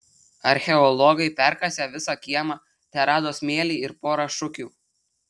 archeologai perkasę visą kiemą terado smėlį ir porą šukių